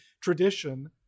tradition